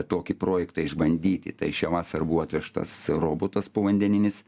tokį projektą išbandyti tai šią vasarą buvo atvežtas robotas povandeninis